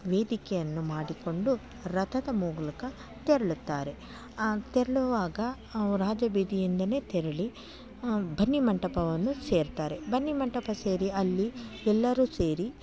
ವೇದಿಕೆಯನ್ನು ಮಾಡಿಕೊಂಡು ರಥದ ಮೂಲಕ ತೆರಳುತ್ತಾರೆ ತೆರಳುವಾಗ ರಾಜ ಬೀದಿಯಿಂದಾನೇ ತೆರಳಿ ಬನ್ನಿ ಮಂಟಪವನ್ನು ಸೇರ್ತಾರೆ ಬನ್ನಿ ಮಂಟಪ ಸೇರಿ ಅಲ್ಲಿ ಎಲ್ಲರೂ ಸೇರಿ